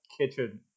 kitchen